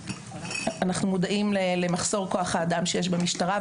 אנחנו מודעים למחסור כוח האדם שיש במשטרה.